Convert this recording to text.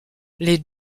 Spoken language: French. les